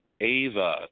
Ava